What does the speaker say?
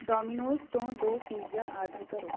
Domino's ਤੋਂ ਦੋ pizza order ਕਰੋ